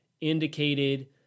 indicated